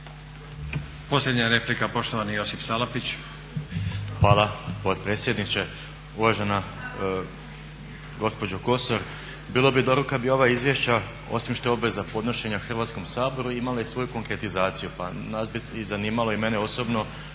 Posljednja replika, poštovani Josip Salapić. **Salapić, Josip (HDSSB)** Hvala potpredsjedniče. Uvažena gospođo Kosor bilo bi dobro kad bi ova izvješća, osim što je obveza podnošenja Hrvatskom saboru, imala i svoju konkretizaciju. Pa nas bi zanimalo, i mene osobno,